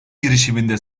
girişiminde